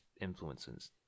influences